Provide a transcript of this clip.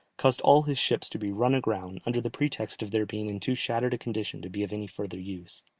caused all his ships to be run aground, under the pretext of their being in too shattered a condition to be of any further use.